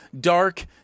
dark